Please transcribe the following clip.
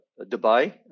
Dubai